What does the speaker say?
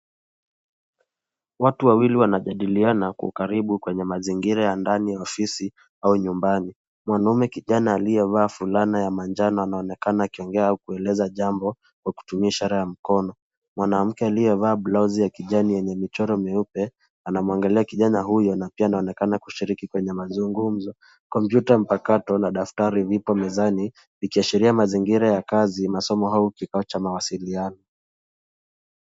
Watu wawili wanajadiliana kwa ukaribu kwenye mazingira ya ndani ya ofisi, au nyumbani. Mwanaume kijana aliyevaa fulana ya manjano anaonekana akiongea au kueleza jambo, kwa kutumia ishara ya mkono. Mwanamke aliyevaa blausi ya kijani yenye michoro meupe, anamwangalia kijana huyo na pia anaonekana kushiriki kwenye mazungumzo. Kompyuta mpakato na daftari vipo mezani, likiashiria mazingira ya kazi, masomo, au kikao cha mawasiliano.